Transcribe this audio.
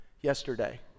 yesterday